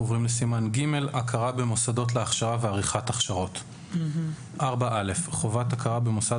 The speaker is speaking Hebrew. סימן ג': הכרה במוסדות להכשרה ועריכת הכשרות חובת הכרה במוסד